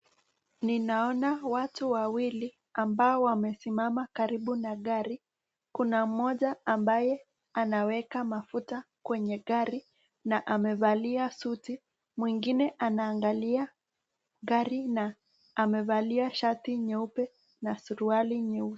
Ninaona watu wawili ambao wamesimama karibu na gari, kuna moja ambaye anaweka mafuta kwenye kari na amevalia suti mwengine ana angalia gari na amevalia shati nyeupe na surwali nyeusi.